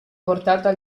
portata